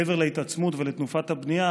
מעבר להתעצמות ולתנופת הבנייה,